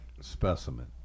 specimen